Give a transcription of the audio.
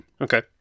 Okay